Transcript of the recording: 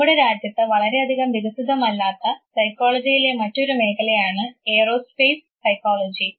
നമ്മുടെ രാജ്യത്ത് വളരെയധികം വികസിതമല്ലാത്ത സൈക്കോളജിയിലെ മറ്റൊരു മേഖലയാണ് ഏറോസ്പേസ് സൈക്കോളജി